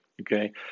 okay